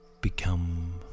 become